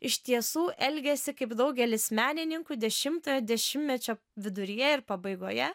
iš tiesų elgiasi kaip daugelis menininkų dešimtojo dešimtmečio viduryje ir pabaigoje